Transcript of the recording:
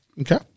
Okay